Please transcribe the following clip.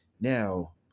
Now